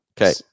okay